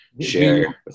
share